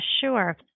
sure